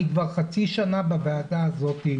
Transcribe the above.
אני כבר חצי שנה בוועדה הזאת,